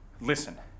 Listen